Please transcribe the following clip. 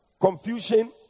Confusion